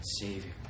Savior